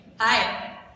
Hi